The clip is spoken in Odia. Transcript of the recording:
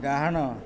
ଡାହାଣ